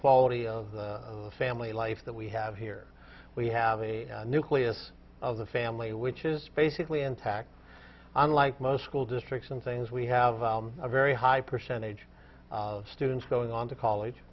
quality of family life that we have here we have a nucleus of the family which is basically intact unlike most school districts and things we have a very high percentage of students going on to